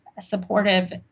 supportive